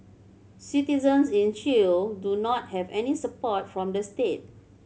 citizens in Chile do not have any support from the state